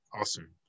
Awesome